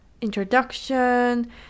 introduction